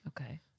Okay